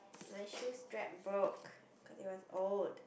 my shoe strap broke cause they were old